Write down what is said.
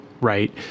right